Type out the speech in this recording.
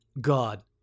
God